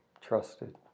trusted